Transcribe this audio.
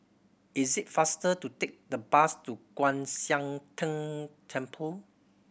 is it faster to take the bus to Kwan Siang Tng Temple